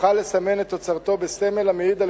יוכל לסמן את תוצרתו בסמל המעיד על